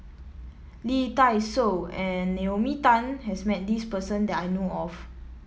Lee Dai Soh and Naomi Tan has met this person that I know of